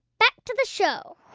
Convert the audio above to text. back to the show